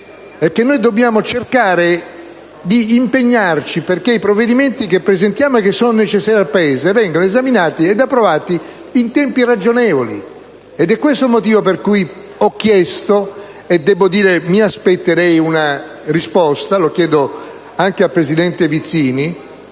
noi dobbiamo impegnarci affinché i provvedimenti che presentiamo e che sono necessari al Paese vengano esaminati e approvati in tempi ragionevoli. È questo il motivo per il quale ho chiesto (e mi aspetterei una risposta, e mi rivolgo anche al presidente Vizzini)